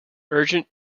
urgent